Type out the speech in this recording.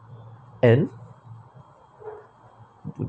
and